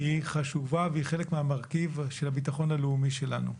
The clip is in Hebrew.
היא חשובה והיא חלק מהמרכיב של הביטחון הלאומי שלנו.